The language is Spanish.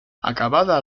acabada